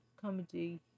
comedy